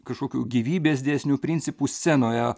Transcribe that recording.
kažkokių gyvybės dėsnių principų scenoje